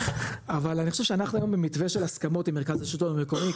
אבל אני חושב שאנחנו היום במתווה של הסכמות עם מרכז השלטון המקומי,